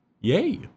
yay